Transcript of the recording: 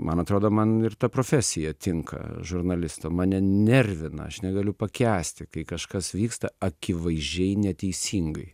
man atrodo man ir ta profesija tinka žurnalisto mane nervina aš negaliu pakęsti kai kažkas vyksta akivaizdžiai neteisingai